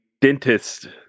dentist